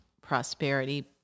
prosperity